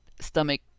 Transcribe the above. stomach